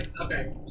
Okay